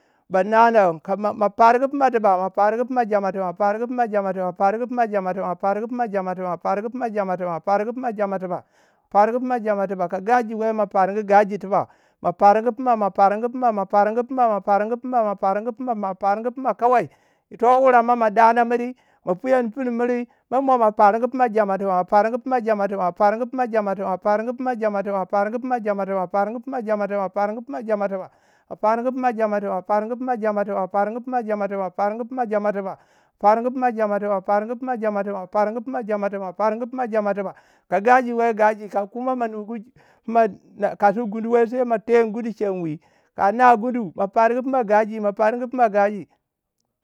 bana don mafargu fina tiba mafargu pima jama tiba, mafargu fina jama tiba ma fargu fina jama tiba mafargu pima jama tiba ma fargu fina jama tiba ma fargu fina jama tiba ma fargu fina jama tiba. ka gaji wai ma fargu gaji tiba. Ma fargu fina ma fargu fina ma fargu fina ma fargu fina ma fargu fina ma fargu fina kawai to wuremai mermo ma dana miri, ma piyan pinu. Mer mo ma fargu fina jama tiba ma fargu fina jama tiba ma fargu fina tiba ma fargu fina jama tiba ma fargu fina jama tiba ma rfargu fina jama tiba ma fargu fina jama tiba. ka gaji wei gaji. ka kuma mo nugu pima kasgu gundu me wai. sai mo ten gundu chemwi. Ka na gundu. ma parmangu pima gaji. ma pargu pima gaji.